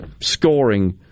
scoring